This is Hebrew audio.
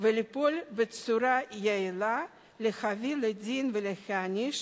ולפעול בצורה יעילה להביא לדין ולהעניש